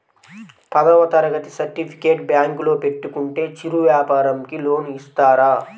పదవ తరగతి సర్టిఫికేట్ బ్యాంకులో పెట్టుకుంటే చిరు వ్యాపారంకి లోన్ ఇస్తారా?